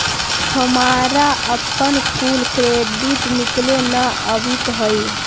हमारा अपन कुल क्रेडिट निकले न अवित हई